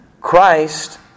Christ